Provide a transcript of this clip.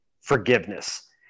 forgiveness